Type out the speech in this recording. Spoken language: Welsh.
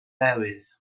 newydd